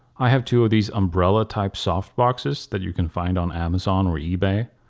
i have two of these umbrella type soft boxes that you can find on amazon or ebay.